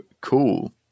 cool